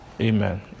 Amen